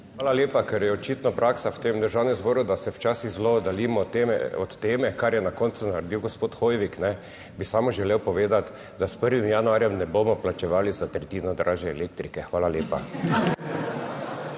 Hvala lepa. Ker je očitno praksa v tem državnem zboru, da se včasih zelo oddaljimo od teme, kar je na koncu naredil gospod Hoivik, bi samo želel povedati, da s 1. januarjem ne bomo plačevali za tretjino dražje elektrike. Hvala lepa.